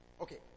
Okay